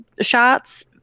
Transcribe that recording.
shots